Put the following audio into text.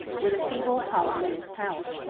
with a feeble colony in his power.